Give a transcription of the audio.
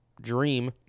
dream